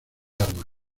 arma